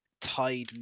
tied